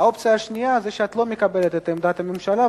האופציה השנייה זה שאת לא מקבלת את עמדת הממשלה,